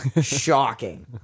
Shocking